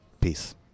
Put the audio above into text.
Peace